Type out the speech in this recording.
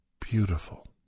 beautiful